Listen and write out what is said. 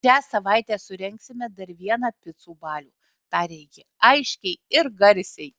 šią savaitę surengsime dar vieną picų balių tarė ji aiškiai ir garsiai